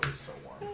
so was